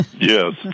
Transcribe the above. Yes